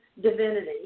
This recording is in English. divinity